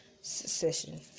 session